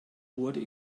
wurde